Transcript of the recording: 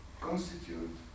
constitute